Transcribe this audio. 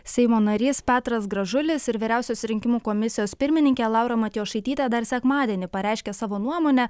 seimo narys petras gražulis ir vyriausios rinkimų komisijos pirmininkė laura matjošaitytė dar sekmadienį pareiškė savo nuomonę